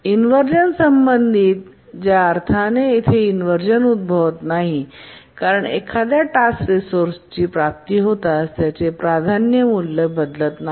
inversion संबंधित inversion त्या अर्थाने येथे उद्भवत नाही कारण एखाद्या टास्क रिसोर्सेसची प्राप्ती होताच त्याचे प्राधान्य मूल्य बदलत नाही